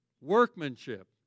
workmanship